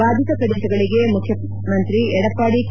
ಬಾಧಿತ ಪ್ರದೇಶಗಳಿಗೆ ಮುಖ್ಯಮಂತ್ರಿ ಎಡಪ್ಪಾಡಿ ಕೆ